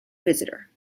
visitor